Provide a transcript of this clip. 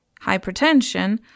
hypertension